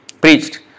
preached